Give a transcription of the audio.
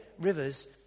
rivers